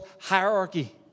hierarchy